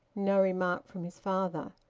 no remark from his father.